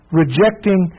rejecting